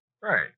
Right